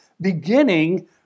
beginning